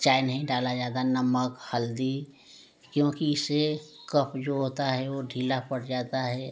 चाय नहीं डाला जाता नमक हल्दी क्योंकि इससे कफ जो होता है वह ढीला पड़ जाता है